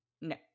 No